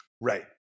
Right